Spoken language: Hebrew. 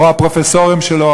או הפרופסורים שלו,